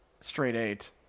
straight-eight